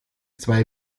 zwei